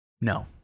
no